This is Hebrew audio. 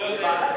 זכויות הילד.